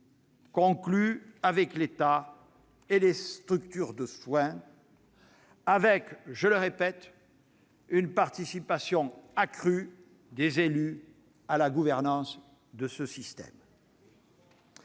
conclus avec l'État et les structures de soins, et avec à la clé, je le répète, une participation accrue des élus à la gouvernance du système.